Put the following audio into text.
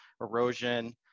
erosion